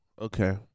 Okay